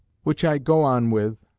which i go on with,